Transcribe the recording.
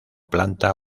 planta